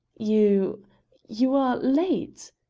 you you are late,